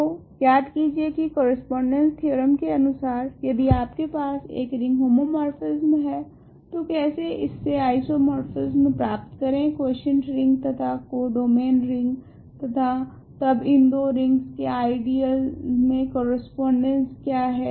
तो याद कीजिए की करस्पोंडेंस थेओरेम के अनुसार यदि आपके पास एक रिंग होमोमोर्फिस्म है तो कैसे इससे आइसोमोर्फिसम प्राप्त करे क्वॉशेंट रिंग तथा कोडोमैन रिंग तथा तब इन दो रिंगस के आइडियलस मे करस्पोंडेंस क्या है